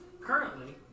currently